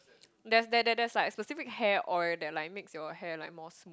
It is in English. there's there there's like a specific hair oil that like makes your hair like more